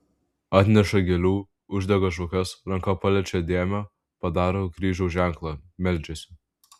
atneša gėlių uždega žvakes ranka paliečią dėmę padaro kryžiaus ženklą meldžiasi